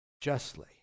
justly